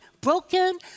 broken